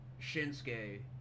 Shinsuke